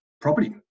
property